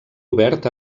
obert